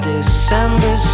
December